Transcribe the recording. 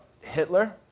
Hitler